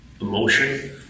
emotion